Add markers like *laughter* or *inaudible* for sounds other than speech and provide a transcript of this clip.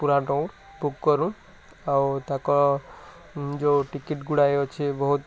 ପୁରା *unintelligible* ବୁକ୍ କରୁ ଆଉ ତାଙ୍କ ଯେଉଁ ଟିକେଟ୍ ଗୁଡ଼ାଏ ଅଛି ବହୁତ